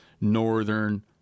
Northern